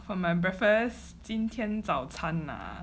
for my breakfast 今天早餐啊